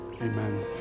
amen